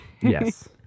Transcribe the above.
Yes